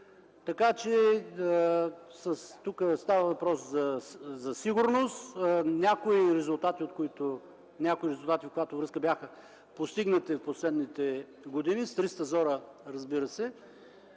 така че тук става въпрос за сигурност. Някои резултати в каквато връзка бяха постигнати в последните години – с триста зора, разбира се,